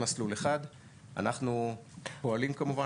אנחנו פועלים כמובן,